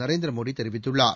நரேந்திர மோடி தெரிவித்துள்ளார்